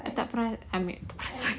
I tak perasan I mean perasan